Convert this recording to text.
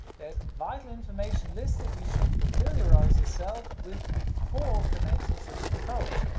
there's vital information listed you should familiarize yourself with before commencing such an approach.